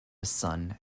son